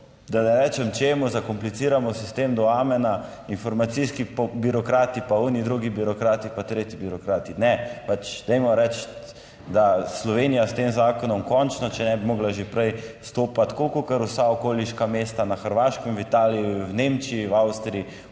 ne rečem čemu, zakompliciramo sistem do amena, informacijski birokrati pa oni drugi birokrati pa tretji birokrati. Ne, pač dajmo reči, da Slovenija s tem zakonom končno, če ne bi mogla že prej stopati, 34. TRAK: (TB) - 11.45 (nadaljevanje) tako kakor vsa okoliška mesta na Hrvaškem, v Italiji, v Nemčiji, v Avstriji,